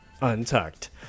Untucked